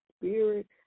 Spirit